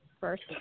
first